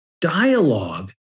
dialogue